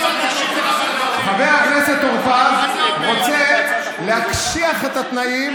חבר הכנסת טור פז רוצה להקשיח את התנאים